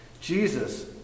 Jesus